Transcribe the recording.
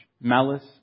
malice